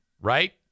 right